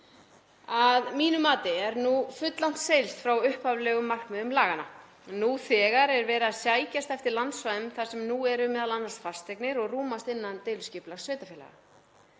Að mínu mati er nú fulllangt seilst frá upphaflegum markmiðum laganna. Nú þegar er verið að sækjast eftir landsvæðum þar sem nú eru m.a. fasteignir og rúmast innan deiliskipulags sveitarfélaga.